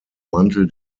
mantel